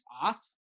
off